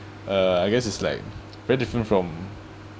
uh I guess it's like very different from